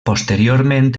posteriorment